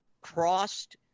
crossed